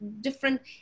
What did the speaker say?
different